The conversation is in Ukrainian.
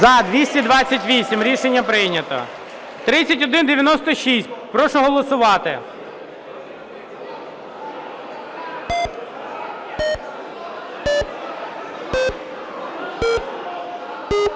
За-228 Рішення прийнято. 3196. Прошу голосувати.